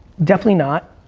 definitely not,